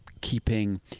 keeping